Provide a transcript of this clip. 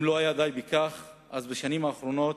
אם לא די בכך, בשנים האחרונות